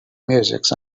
music